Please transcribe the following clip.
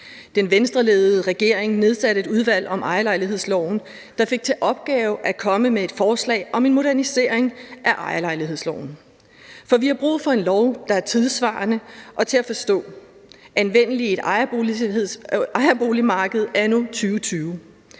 Den Venstreledede regering nedsatte et udvalg om ejerlejlighedsloven, der fik til opgave at komme med forslag om en modernisering af ejerlejlighedsloven. For vi har brug for en lov, der er tidssvarende og til at forstå, anvendelig i et ejerboligmarked anno 2020.